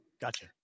Gotcha